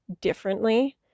differently